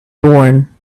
born